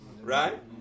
right